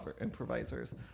improvisers